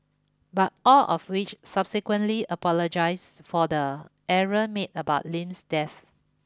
but all of which subsequently apologised for the error made about Lim's death